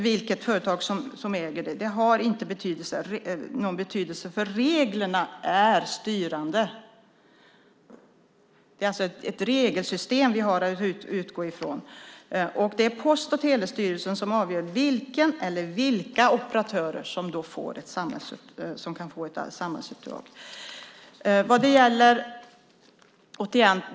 Vilket företag som äger det har ingen betydelse. Reglerna är styrande. Det är alltså ett regelsystem som vi har att utgå från. Post och telestyrelsen avgör vilken eller vilka operatörer som kan få ett samhällsuppdrag.